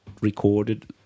recorded